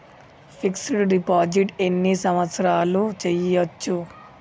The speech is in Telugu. ఫిక్స్ డ్ డిపాజిట్ ఎన్ని సంవత్సరాలు చేయచ్చు?